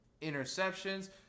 interceptions